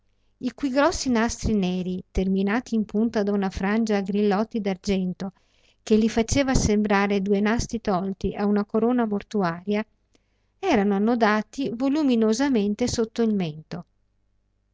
i cui grossi nastri neri terminati in punta da una frangia a grillotti d'argento che li faceva sembrar due nastri tolti a una corona mortuaria erano annodati voluminosamente sotto il mento